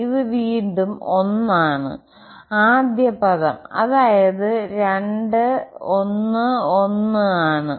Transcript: ഇത് വീണ്ടും 1 ആണ് ആദ്യ പദംഅതായത് 2 1 1 ആണ്